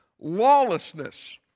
lawlessness